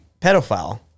pedophile